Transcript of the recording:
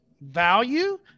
value